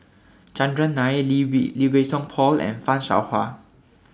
Chandran Nair Lee V Lee Wei Song Paul and fan Shao Hua